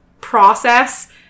process